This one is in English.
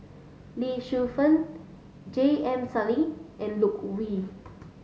Lee Shu Fen J M Sali and Loke Yew